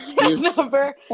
Number